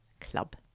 Club